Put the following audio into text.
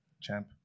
Champ